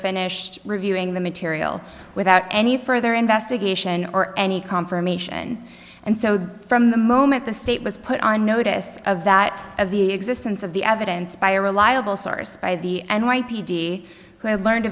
finished reviewing the material without any further investigation or any confirmation and so from the moment the state was put on notice of that as the existence of the evidence by a reliable source by the n y p d i learned